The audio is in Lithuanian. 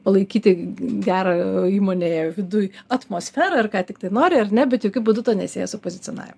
palaikyti gerą įmonėje viduj atmosferą ir ką tiktai nori ar ne bet jokiu būdu to nesieja su pozicionavimu